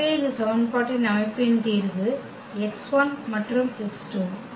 எனவே இந்த சமன்பாட்டின் அமைப்பின் தீர்வு x1 மற்றும் x2